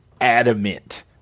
adamant